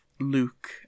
Luke